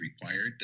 required